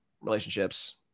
relationships